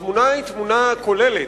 התמונה היא תמונה כוללת.